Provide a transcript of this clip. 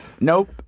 Nope